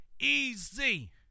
easy